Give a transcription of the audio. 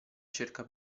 cerca